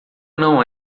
não